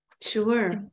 Sure